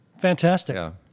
Fantastic